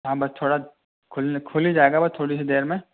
ہاں بس تھوڑا کھل کھل ہی جائے گا بس تھوڑی سی دیر میں